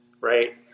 Right